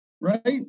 right